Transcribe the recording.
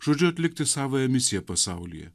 žodžiu atlikti savąją misiją pasaulyje